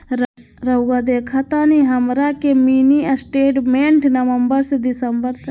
रहुआ देखतानी हमरा के मिनी स्टेटमेंट नवंबर से दिसंबर तक?